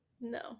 No